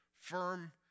firm